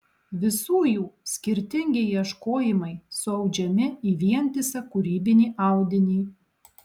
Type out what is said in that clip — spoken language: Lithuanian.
visų jų skirtingi ieškojimai suaudžiami į vientisą kūrybinį audinį